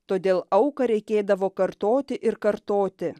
todėl auką reikėdavo kartoti ir kartoti